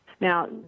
Now